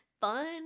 fun